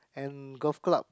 and golf club